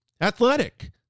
athletic